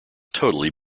totally